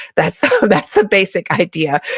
that's the that's the basic idea,